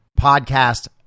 podcast